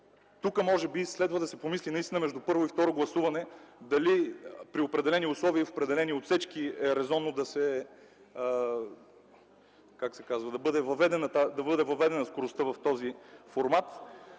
Тук може би следва да се помисли наистина между първо и второ гласуване дали при определени условия и в определени отсечки е резонно да бъде въведена скоростта в този формат.